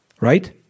Right